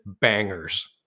bangers